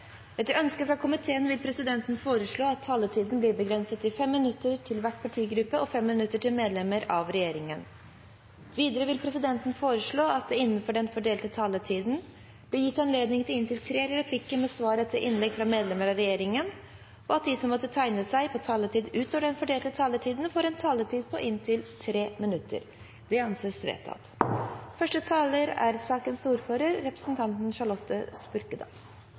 Etter ønske fra justiskomiteen vil presidenten foreslå at taletiden blir begrenset til 45 minutter til hver partigruppe og 5 minutter til medlemmer av regjeringen. Videre vil presidenten foreslå at det blir gitt anledning til tre replikker med svar etter innlegg fra medlemmer av regjeringen innenfor den fordelte taletid, og at de som måtte tegne seg på talerlisten utover den fordelte taletid, får en taletid på inntil 3 minutter. – Det anses vedtatt.